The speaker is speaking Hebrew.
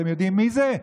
אתם יודעים מי זה?